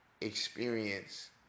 experience